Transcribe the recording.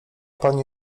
pani